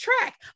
track